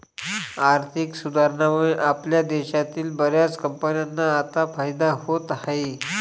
आर्थिक सुधारणांमुळे आपल्या देशातील बर्याच कंपन्यांना आता फायदा होत आहे